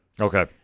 Okay